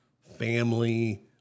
family